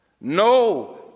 No